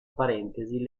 parentesi